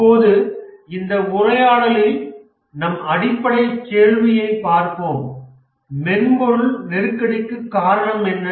இப்போது இந்த உரையாடலில் நம் அடிப்படை கேள்வியைப் பார்ப்போம் மென்பொருள் நெருக்கடிக்கு காரணம் என்ன